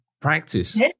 practice